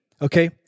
Okay